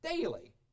daily